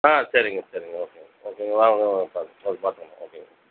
ஆ சரிங்க சரிங்க ஓகேங்க ஓகேங்களா வாங்க வாங்க பார்த்து பார்த்துக்கலாம் ஓகேங்க